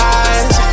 eyes